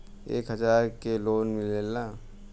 एक हजार के लोन मिलेला?